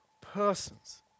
persons